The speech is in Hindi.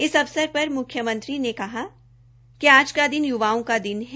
इस अवसर पर मुख्यमंत्री मनोहर लाल ने कहा कि आज का दिन य्वाओं का दिन है